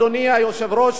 אדוני היושב-ראש,